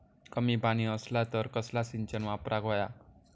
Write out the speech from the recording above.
कमी पाणी असला तर कसला सिंचन वापराक होया?